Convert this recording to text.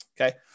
Okay